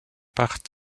part